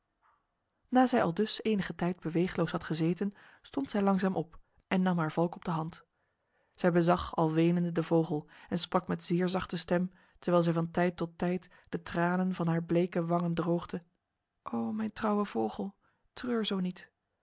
na zij aldus enige tijd beweegloos had gezeten stond zij langzaam op en nam haar valk op de hand zij bezag al wenende de vogel en sprak met zeer zachte stem terwijl zij van tijd tot tijd de tranen van haar bleke wangen droogde o mijn trouwe vogel treur zo niet